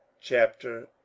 Chapter